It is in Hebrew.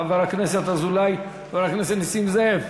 חבר הכנסת נסים זאב,